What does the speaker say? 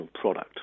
product